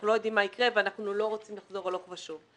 לא יודעים מה יקרה ואנחנו לא רוצים לחזור הלוך ושוב.